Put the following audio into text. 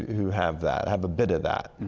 who have that. have a bit of that.